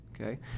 okay